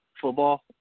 football